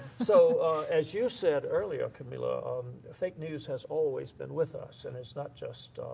so as you said earlier, camila, um fake news has always been with us and it's not just,